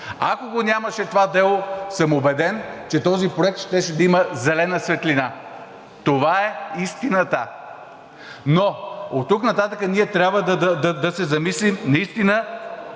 Ако го нямаше това дело, съм убеден, че този проект щеше да има зелена светлина. Това е истината! Но оттук нататък ние трябва да се замислим наистина